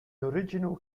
original